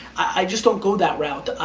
i just don't go that route.